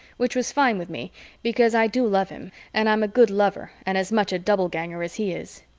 which was fine with me because i do love him and i'm a good lover and as much a doubleganger as he is.